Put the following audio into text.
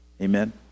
Amen